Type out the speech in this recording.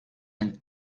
een